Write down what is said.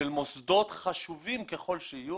מוסדות חשובים ככל שיהיו.